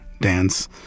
dance